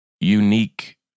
unique